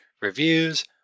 reviews